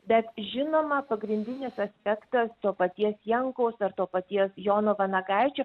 bet žinoma pagrindinis aspektas to paties jankaus ar to paties jono vanagaičio